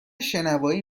شنوایی